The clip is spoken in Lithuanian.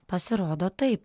pasirodo taip